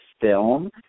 film